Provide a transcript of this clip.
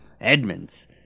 Edmonds